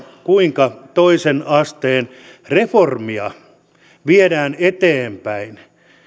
kuinka toisen asteen reformia viedään eteenpäin